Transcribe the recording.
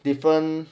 different